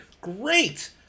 Great